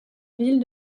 ville